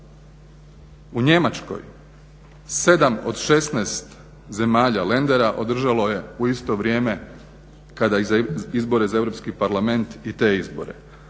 U Njemačkoj 7 od 16 zemalja Lendera održalo je u isto vrijeme kada i izbore za Europski parlament i te izbore.